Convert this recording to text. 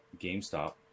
GameStop